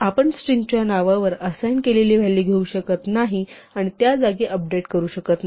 आपण स्ट्रिंगच्या नावावर असाइन केलेली व्हॅलू घेऊ शकत नाही आणि त्या जागी अपडेट करू शकत नाही